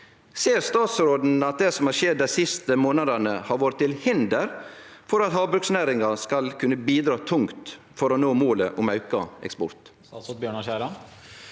Ser statsråden at det som har skjedd dei siste månadene, har vore til hinder for at havbruksnæringa skal kunne bidra tungt for å nå målet om auka eksport?